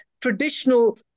traditional